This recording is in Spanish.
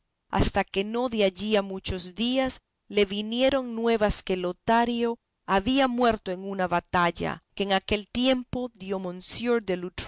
hasta que no de allí a muchos días le vinieron nuevas que lotario había muerto en una batalla que en aquel tiempo dio monsiur